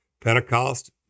Pentecost